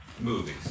movies